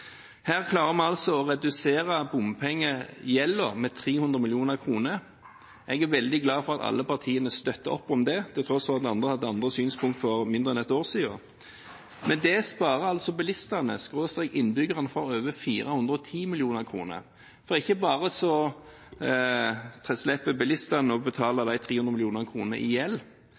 Her klarer vi å redusere bompengegjelden med 300 mill. kr. Jeg er veldig glad for at alle partiene støtter opp om det, til tross for at en hadde andre synspunkter for mindre enn ett år siden. Men det sparer altså bilistene/innbyggerne for over 410 mill. kr. Ikke bare slipper bilistene å betale de 300 millioner kronene i gjeld,